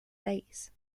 days